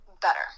better